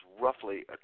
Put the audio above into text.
roughly